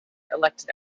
elected